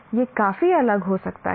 यह काफी अलग हो सकता है